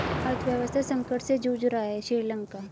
अर्थव्यवस्था संकट से जूझ रहा हैं श्रीलंका